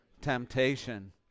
Temptation